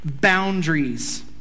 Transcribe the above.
boundaries